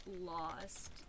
lost